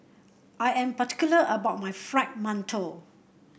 I am particular about my Fried Mantou